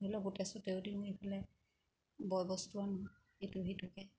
ধৰি লওক গোটে চোটেও দিওঁ এইফালে বয় বস্তুও আনোঁ ইটো সিটোকৈ